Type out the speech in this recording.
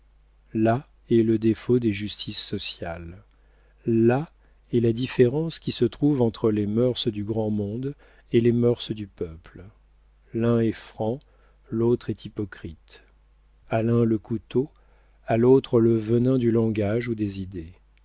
là est le défaut des justices sociales là est la différence qui se trouve entre les mœurs du grand monde et les mœurs du peuple l'un est franc l'autre est hypocrite à l'un le couteau à l'autre le venin du langage ou des idées